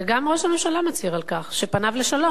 וגם ראש הממשלה מצהיר על כך שפניו לשלום,